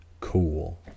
cool